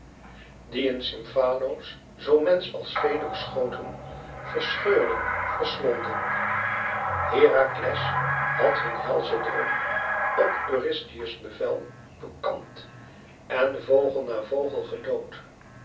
die in stymfalos zoo mensch als vee doorschoten verscheurden verslonden herakles had hun helschen drom op eurystheus bevel bekampt en vogel na vogel gedood